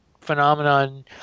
phenomenon